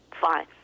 fine